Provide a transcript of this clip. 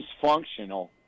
dysfunctional